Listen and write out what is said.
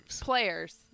Players